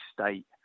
state